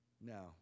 No